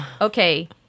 okay